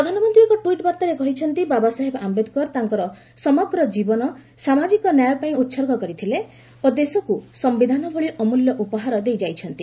ପ୍ରଧାନମନ୍ତ୍ରୀ ଏକ ଟ୍ୱିଟ୍ ବାର୍ତ୍ତାରେ କହିଛନ୍ତି ବାବା ସାହେବ ଆମ୍ବେଦକର ତାଙ୍କର ସମଗ୍ର ଜୀବନ ସାମାଜିକ ନ୍ୟାୟ ପାଇଁ ଉହର୍ଗ କରିଥିଲେ ଓ ଦେଶକୁ ସମ୍ଭିଧାନ ଭଳି ଅମ୍ବଲ୍ୟ ଉପହାର ଦେଇଯାଇଛନ୍ତି